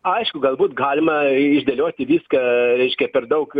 aišku galbūt galima išdėlioti viską reiškia per daug